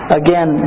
again